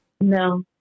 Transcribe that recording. No